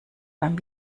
beim